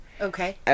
okay